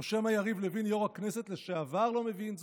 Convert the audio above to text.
או שמא יריב לוין, יו"ר הכנסת לשעבר, לא מבין זאת?